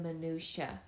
minutiae